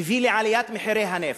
הביאו לעליית מחירי הנפט,